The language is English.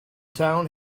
town